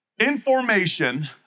Information